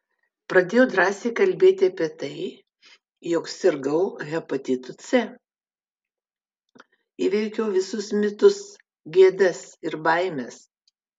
pradėjau drąsiai kalbėti apie tai jog sirgau hepatitu c įveikiau visus mitus gėdas ir baimes